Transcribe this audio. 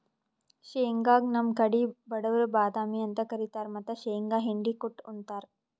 ಶೇಂಗಾಗ್ ನಮ್ ಕಡಿ ಬಡವ್ರ್ ಬಾದಾಮಿ ಅಂತ್ ಕರಿತಾರ್ ಮತ್ತ್ ಶೇಂಗಾ ಹಿಂಡಿ ಕುಟ್ಟ್ ಉಂತಾರ್